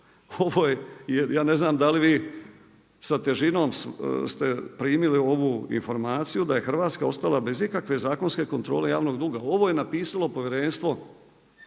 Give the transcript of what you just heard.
Ovo je, ja ne znam da li vi sa težinom ste primili ovu informacija da je Hrvatska ostala bez ikakve zakonske kontrole javnog duga, ovo je napisalo Povjerenstvo,